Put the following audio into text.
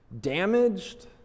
damaged